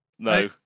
No